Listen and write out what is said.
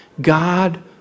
God